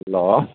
hello